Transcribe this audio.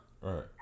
Right